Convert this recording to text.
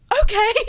okay